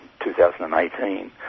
2018